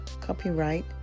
copyright